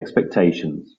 expectations